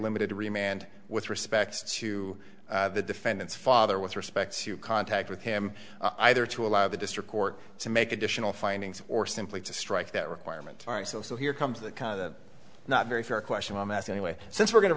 limited remain and with respect to the defendant's father with respect to contact with him either to allow the district court to make additional findings or simply to strike that requirement are so so here comes that kind of a not very fair question i'm asked anyway since we're going to